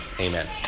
Amen